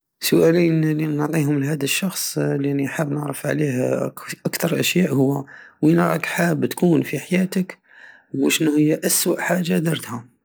الشؤال الي نعطيهم لهاد الشخص الحاب نعرف عليه اكتر شيء الي هو وين راك حاب تكون في حياتك وشنو هي اسوء حاجة درتها